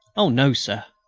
oh! no, sir.